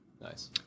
Nice